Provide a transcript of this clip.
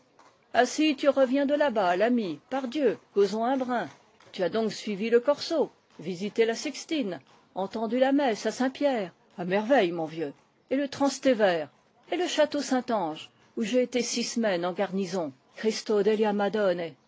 ainsi tu reviens de là-bas l'ami pardieu causons un brin tu as donc suivi le corso visité la sixtine entendu la messe à saint-pierre a merveille mon vieux et le transtévère et le château saint ange où j'ai été six semai nes en garnison christo délia madone